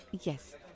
Yes